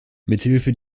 mithilfe